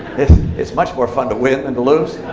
it's much more fun to win than to lose.